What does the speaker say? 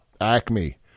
Acme